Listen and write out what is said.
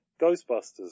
Ghostbusters